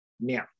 Now